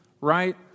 right